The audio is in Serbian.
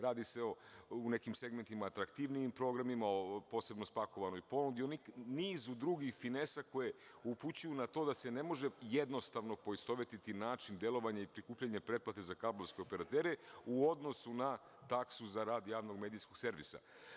Radi se o u nekim segmentima atraktivnijim programima, posebno spakovanoj ponudi, nizu drugih finesa koje upućuju na to da se ne može jednostavno poistovetiti način delovanja i prikupljanja pretplate za kablovske operatere, u odnosu na taksu za rad javnog medijskog servisa.